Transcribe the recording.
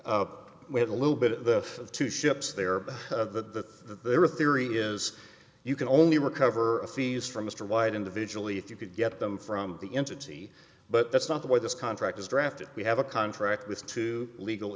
up we have a little bit of two ships there but the their theory is you can only recover fees from mr white individually if you could get them from the entity but that's not the way this contract is drafted we have a contract with two legal